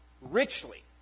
richly